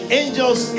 angels